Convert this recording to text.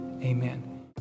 Amen